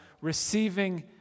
receiving